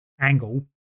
angle